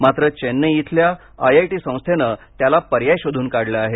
मात्र चेन्नई इथल्या I I T संस्थेनं त्याला पर्याय शोधून काढला आहे